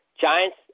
Giants